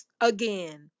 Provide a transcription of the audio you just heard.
again